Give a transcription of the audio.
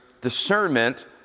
discernment